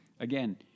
Again